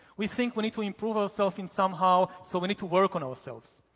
we think we need to improve ourself in somehow so we need to work on ourselves.